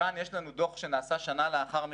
כאן יש לנו דוח שנעשה שנה לאחר מכן,